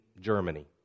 Germany